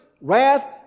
wrath